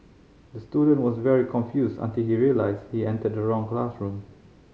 the student was very confused until he realised he entered the wrong classroom